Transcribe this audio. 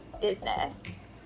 business